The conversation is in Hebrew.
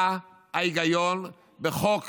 מה ההיגיון בחוק